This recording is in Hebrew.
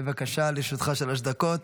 בבקשה, לרשותך שלוש דקות.